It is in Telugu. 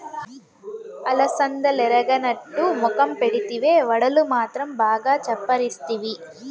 అలసందలెరగనట్టు మొఖం పెడితివే, వడలు మాత్రం బాగా చప్పరిస్తివి